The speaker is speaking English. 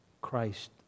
Christ